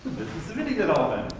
of indie development.